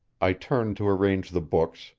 i turned to arrange the books,